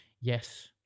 Yes